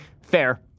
Fair